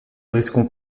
risquons